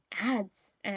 ads